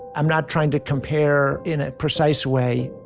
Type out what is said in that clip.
i'm not trying to compare in a precise way.